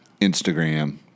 Instagram